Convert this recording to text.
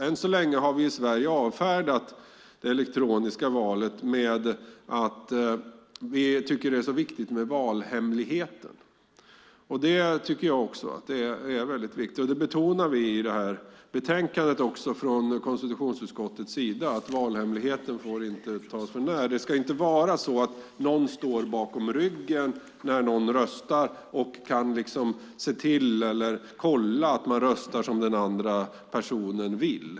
Än så länge har vi i Sverige avfärdat elektroniska val med argumentet att valhemligheten är viktig. Vi betonar också i betänkandet att valhemligheten inte får riskeras. Man ska inte kunna stå bakom ryggen på någon som röstar och kolla att denne röstar som man vill.